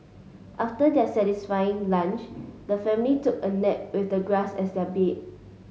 after their satisfying lunch the family took a nap with the grass as their bed